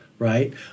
Right